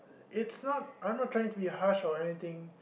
it's not I'm not trying to be hash or anything